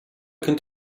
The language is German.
kennt